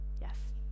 Yes